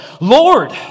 Lord